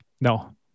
No